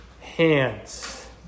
hands